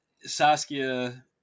Saskia